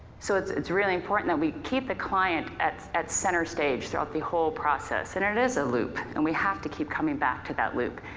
so it's it's really important that we keep the client at at center-stage throughout the whole process. and it is a loop and we have to keep coming back to that loop.